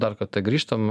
dar kartą grįžtam